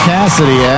Cassidy